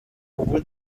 over